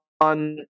on